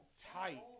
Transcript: tight